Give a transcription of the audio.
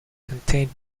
contained